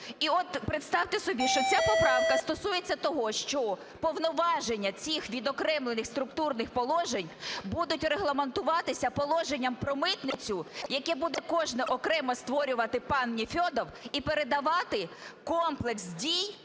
І от представте собі, що ця поправка стосується того, що повноваження цих відокремлених структурних положень будуть регламентуватися положенням про митницю, яке буде кожне окремо створювати пан Нефьодов і передавати комплекс дій,